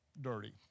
dirty